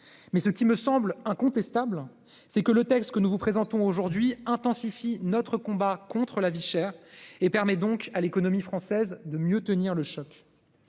mais ce qui me semble incontestable, c'est que le texte que nous vous présentons aujourd'hui intensifie notre combat contre la vie chère et qu'il permettra donc à l'économie française de mieux tenir le choc.